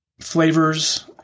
flavors